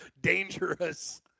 Dangerous